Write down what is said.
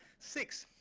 six,